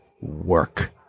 work